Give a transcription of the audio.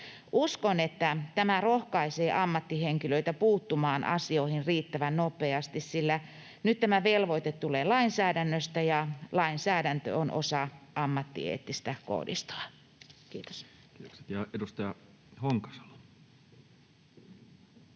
Uskon, että tämä rohkaisee ammattihenkilöitä puuttumaan asioihin riittävän nopeasti, sillä nyt tämä velvoite tulee lainsäädännöstä ja lainsäädäntö on osa ammattieettistä koodistoa. — Kiitos. Kiitokset. — Ja edustaja Honkasalo.